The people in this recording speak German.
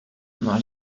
nach